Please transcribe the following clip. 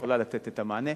שיכולה לתת את המענה.